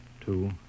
Two